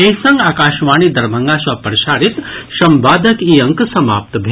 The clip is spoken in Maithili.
एहि संग आकाशवाणी दरभंगा सँ प्रसारित संवादक ई अंक समाप्त भेल